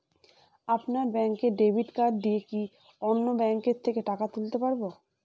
আপনার ব্যাংকের debit card দিয়ে কি অন্য ব্যাংকের থেকে টাকা তুলতে পারবো?